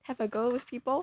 have a go with people